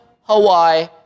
Hawaii